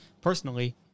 personally